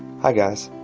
hey guys,